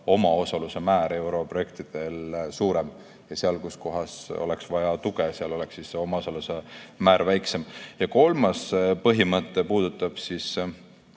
omaosaluse määr europrojektidel suurem, ja seal, kus oleks vaja tuge, oleks omaosaluse määr väiksem. Ja kolmas põhimõte puudutab seda,